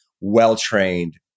well-trained